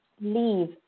leave